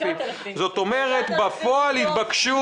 בפועל התבקשו